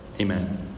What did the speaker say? Amen